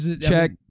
Check